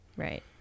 Right